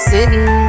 Sitting